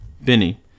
Benny